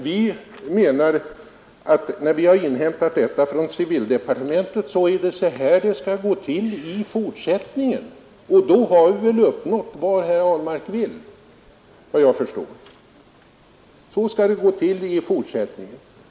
Vi menar, att när vi har inhämtat detta från civildepartementet, så visar det att det är så här det skall gå till i fortsättningen, och då har vi — såvitt jag förstår — uppnått vad herr Ahlmark vill. Så här skall det alltså gå till i fortsättningen.